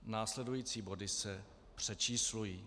Následující body se přečíslují.